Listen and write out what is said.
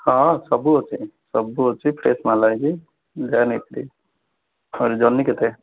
ହଁ ସବୁ ଅଛି ସବୁ ଅଛି ଫ୍ରେଶ୍ ମାଲ୍ ଆସିଛି ଯାହା ନେଇପାରିବେ ଇଏ ଜହ୍ନି କେତେ